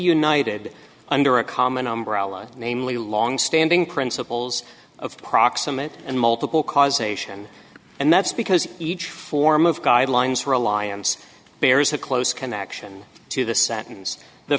united under a common namely longstanding principles of proximate and multiple causation and that's because each form of guidelines for alliance bears a close connection to the s